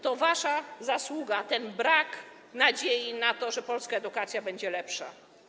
To wasza zasługa, ten brak nadziei na to, że polska edukacja będzie lepsza.